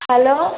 hello